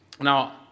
Now